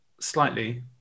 slightly